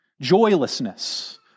joylessness